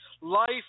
life